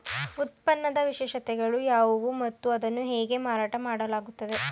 ಉತ್ಪನ್ನದ ವಿಶೇಷತೆಗಳು ಯಾವುವು ಮತ್ತು ಅದನ್ನು ಹೇಗೆ ಮಾರಾಟ ಮಾಡಲಾಗುತ್ತದೆ?